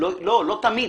לא תמיד.